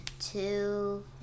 two